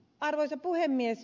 arvoisa puhemies